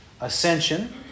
ascension